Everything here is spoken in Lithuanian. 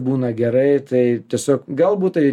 būna gerai tai tiesiog galbūt tai